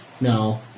No